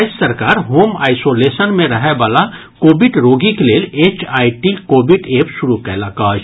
राज्य सरकार home isolation मे रहयवला कोविड रोगीक लेल एचआईटी कोविड एप शुरू कयलक अछि